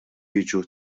jiġu